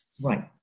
right